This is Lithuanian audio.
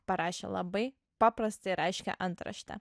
parašė labai paprastą ir aiškią antraštę